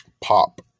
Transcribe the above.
pop